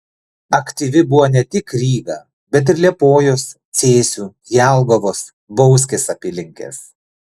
aktyvi buvo ne tik ryga bet ir liepojos cėsių jelgavos bauskės apylinkės